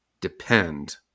depend